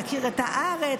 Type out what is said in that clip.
להכיר את הארץ,